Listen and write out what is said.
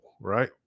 right